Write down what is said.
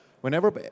Whenever